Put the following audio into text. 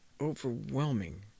overwhelming